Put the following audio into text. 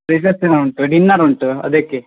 reception ಉಂಟು dinner ಉಂಟು ಅದಕ್ಕೆ